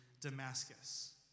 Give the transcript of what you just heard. Damascus